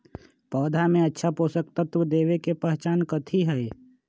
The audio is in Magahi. पौधा में अच्छा पोषक तत्व देवे के पहचान कथी हई?